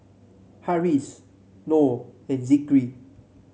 Harris Nor and Zikri